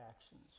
actions